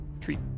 Treat